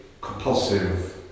compulsive